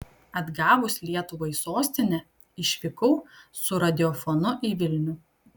atgavus lietuvai sostinę išvykau su radiofonu į vilnių